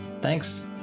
Thanks